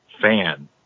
fan